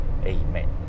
Amen